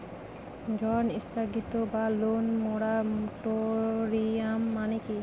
ঋণ স্থগিত বা লোন মোরাটোরিয়াম মানে কি?